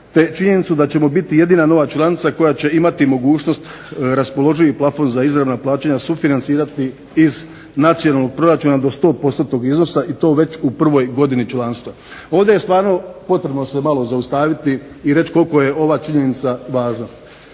činjenicu da ćemo biti jedina nova članica koja će imati mogućnost raspoloživi plafon za izravna plaćanja sufinancirati iz nacionalnog proračuna do sto postotnog iznosa i to već u prvoj godini članstva. Ovdje je stvarno potrebno se malo zaustaviti i reći koliko je ova činjenica važna.